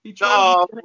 No